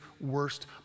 worst